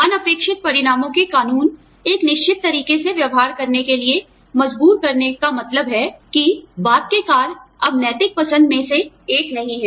अनपेक्षित परिणामों के कानून एक निश्चित तरीके से व्यवहार करने के लिए मजबूर करने का मतलब है कि बाद के कार्य अब नैतिक पसंदमें से एक नहीं है